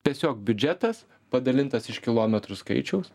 tiesiog biudžetas padalintas iš kilometrų skaičiaus